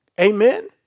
Amen